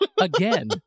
again